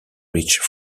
reached